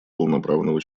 полноправного